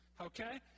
Okay